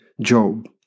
Job